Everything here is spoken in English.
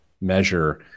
measure